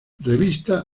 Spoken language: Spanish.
revista